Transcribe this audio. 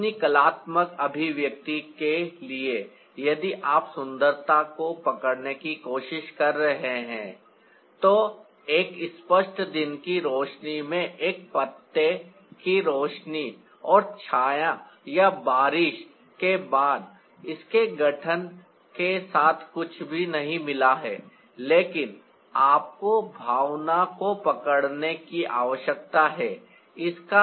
अपनी कलात्मक अभिव्यक्ति के लिए यदि आप सुंदरता को पकड़ने की कोशिश कर रहे हैं तो एक स्पष्ट दिन की रोशनी में एक पत्ते की रोशनी और छाया या बारिश के बाद इसके गठन के साथ कुछ भी नहीं मिला है लेकिन आपको भावना को पकड़ने की आवश्यकता है इसका